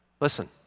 Listen